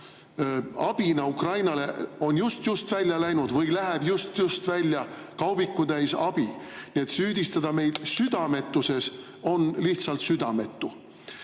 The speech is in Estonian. abina Ukrainale on just-just välja läinud või läheb just-just välja kaubikutäis abi. Nii et süüdistada meid südametuses on lihtsalt südametu.